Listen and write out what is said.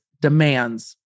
demands